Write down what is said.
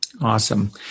Awesome